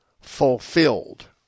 fulfilled